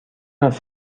است